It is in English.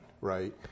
Right